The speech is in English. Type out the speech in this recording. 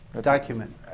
Document